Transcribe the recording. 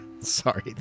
Sorry